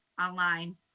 online